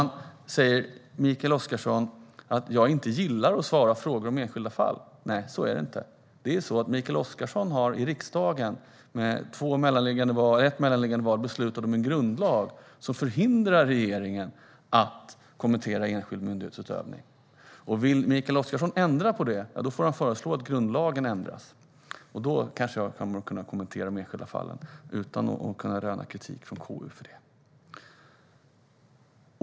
Sedan säger Mikael Oscarsson att jag inte gillar att svara på frågor om enskilda fall. Nej, så är det inte. Mikael Oscarsson har i riksdagen varit med om att med ett mellanliggande val besluta om en grundlag som förhindrar regeringen att kommentera enskild myndighetsutövning. Vill Mikael Oscarsson ändra på det får han föreslå att grundlagen ändras. Då kan jag kanske kommentera enskilda fall utan att röna kritik från KU för det.